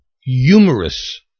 humorous